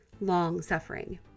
long-suffering